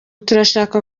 turashaka